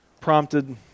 prompted